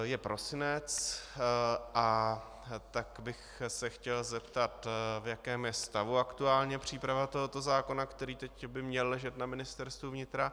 Je prosinec, a tak bych se chtěl zeptat, v jakém je stavu aktuálně příprava tohoto zákona, který teď by měl ležet na Ministerstvu vnitra.